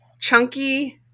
chunky